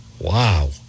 Wow